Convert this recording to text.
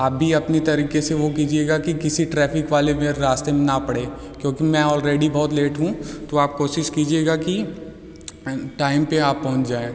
आप भी अभी अपनी तरीक़े से वो कीजिएगा कि किसी ट्रैफिक वाले वेयर रास्ते में ना पड़े क्योंकि मैं ऑलरेडी बहुत लेट हूँ तो आप कोशिश कीजिएगा कि टाइम पर आप पहुंच जाएं